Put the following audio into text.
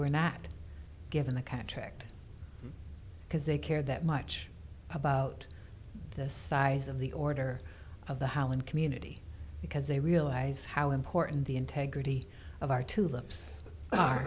were not given the catch back because they care that much about the size of the order of the hauen community because they realize how important the integrity of our two lives are